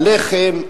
הלחם,